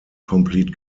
complete